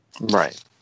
Right